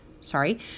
Sorry